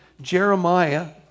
Jeremiah